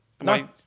no